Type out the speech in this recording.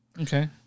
okay